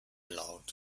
laut